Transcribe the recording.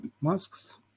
Masks